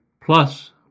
plus